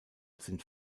sind